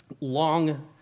long